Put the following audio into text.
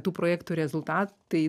tų projektų rezultatai